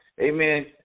amen